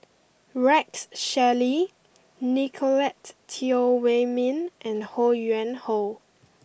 Rex Shelley Nicolette Teo Wei Min and Ho Yuen Hoe